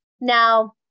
now